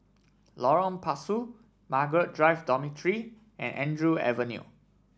Lorong Pasu Margaret Drive Dormitory and Andrew Avenue